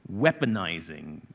weaponizing